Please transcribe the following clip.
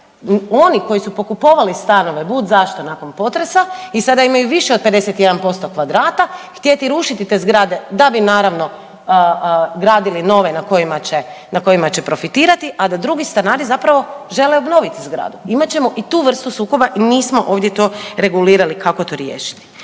oni koji su pokupovali stanove budzašto nakon potresa i sada imaju više od 51% kvadrata, htjeti rušiti te zgrade, da bi naravno, gradili nove na kojima će profitirati, a da drugi stanari zapravo žele obnoviti zgradu. Imat ćemo i tu vrstu sukoba i nismo ovdje to regulirali kako to riješiti.